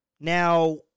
Now